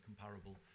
comparable